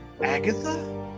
Agatha